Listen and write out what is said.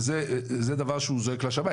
זה הדבר שזועק לשמיים,